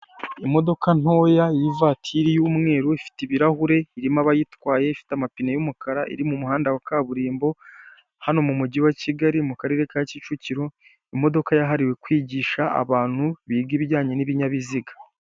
Imodoka ntoya y'ivatiri y'umweru ifite ibirahure irimo abayitwaye, ifite amapine y'umukara iri mu muhanda wa kaburimbo, hano mu mujyi wa Kigali mu karere ka Kicukiro, imodoka yahariwe kwigisha abantu ibijyanye n'ibinyabiziga.